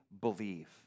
believe